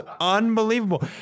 unbelievable